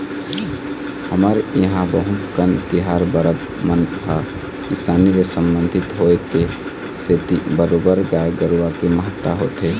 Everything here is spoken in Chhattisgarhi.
हमर इहाँ बहुत कन तिहार परब मन ह किसानी ले संबंधित होय के सेती बरोबर गाय गरुवा के महत्ता होथे